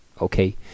okay